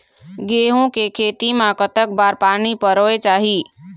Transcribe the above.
गेहूं के खेती मा कतक बार पानी परोए चाही?